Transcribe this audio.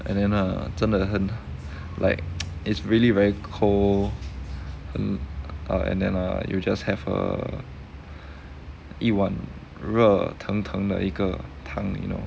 and then err 真的很 like it's really very cold and uh and then err you just have a 一碗热腾腾的一个汤 you know